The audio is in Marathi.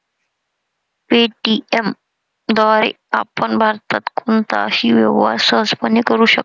पे.टी.एम द्वारे आपण भारतात कोणताही व्यवहार सहजपणे करू शकता